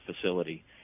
facility